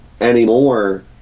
anymore